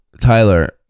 Tyler